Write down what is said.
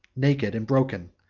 naked, and broken,